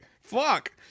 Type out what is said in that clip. fuck